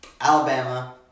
Alabama